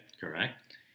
Correct